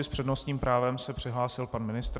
S přednostním právem se přihlásil pan ministr.